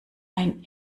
ein